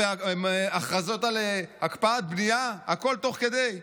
והכרזות על הקפאת בנייה, הכול תוך כדי,